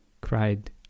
cried